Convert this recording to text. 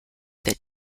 that